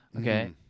Okay